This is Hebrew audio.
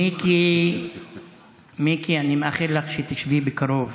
מיקי, מיקי, אני מאחל לך שתשבי בקרוב